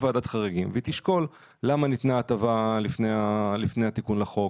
ועדת החריגים והיא תשקול למה ניתנה ההטבה לפני התיקון לחוק,